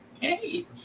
Hey